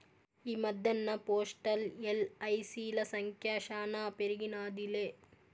ఈ మద్దెన్న పోస్టల్, ఎల్.ఐ.సి.ల సంఖ్య శానా పెరిగినాదిలే